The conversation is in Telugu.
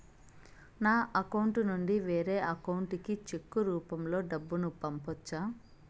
నా అకౌంట్ నుండి వేరే అకౌంట్ కి చెక్కు రూపం లో డబ్బును పంపొచ్చా?